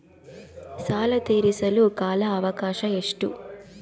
ಸಾಲ ತೇರಿಸಲು ಕಾಲ ಅವಕಾಶ ಎಷ್ಟು?